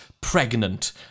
pregnant